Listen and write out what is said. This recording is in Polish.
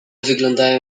wyglądają